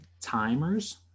timers